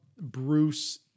Bruce